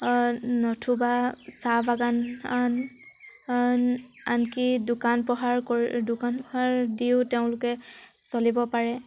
নতুবা চাহ বাগান আনকি দোকান পোহাৰ কৰি দোকান পোহাৰ দিও তেওঁলোকে চলিব পাৰে